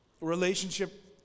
relationship